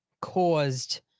caused